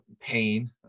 pain